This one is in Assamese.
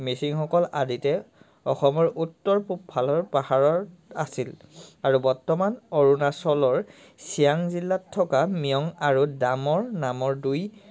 মিচিংসকল আদিতে অসমৰ উত্তৰ পূব ফালৰ পাহাৰৰ আছিল আৰু বৰ্তমান অৰুণাচলৰ চিয়াং জিলাত থকা মিয়ং আৰু দামৰ নামৰ দুই